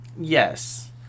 Yes